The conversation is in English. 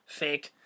fake